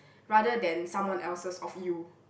rather than someone else's of you